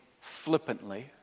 flippantly